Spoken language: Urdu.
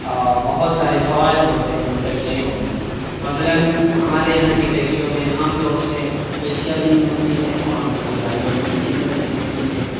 اور بہت سارے فوائد ہوتے ہیں ان ٹیکسیوں میں مثلاً ہمارے یہاں کی ٹیسکیوں میں عام طور سے ایسیاں نہیں ہوتی ہیں وہاں کی گاڑیوں میں ایسیاں لگی ہوتی ہیں